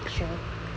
alright sure